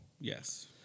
Yes